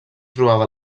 trobava